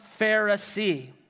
Pharisee